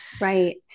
Right